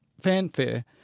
fanfare